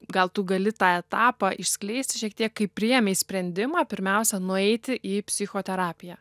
gal tu gali tą etapą išskleisti šiek tiek kai priėmei sprendimą pirmiausia nueiti į psichoterapiją